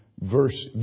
Verse